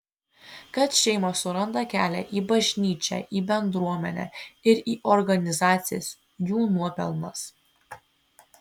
kad šeimos suranda kelią į bažnyčią į bendruomenę ir į organizacijas jų nuopelnas